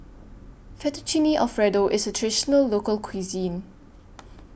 Fettuccine Alfredo IS A Traditional Local Cuisine